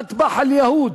"אטבח אל-יהוד",